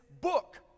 book